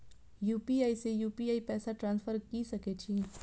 UPI से UPI पैसा transfer की सके छी?